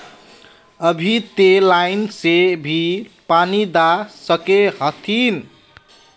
अभी ते लाइन से भी पानी दा सके हथीन?